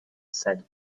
said